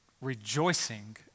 rejoicing